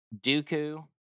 Dooku